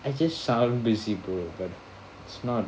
I just sound busy bro like smart